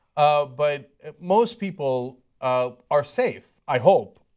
but most people are safe, i hope,